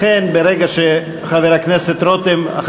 לכן ברגע שחבר הכנסת רותם,